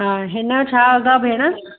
हा हिनजो छा अघि आहे भेण